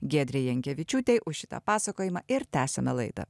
giedrei jankevičiūtei už šitą pasakojimą ir tęsiame laidą